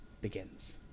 begins